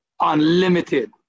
unlimited